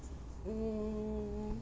mm